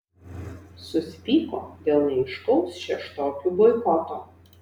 susipyko dėl neaiškaus šeštokių boikoto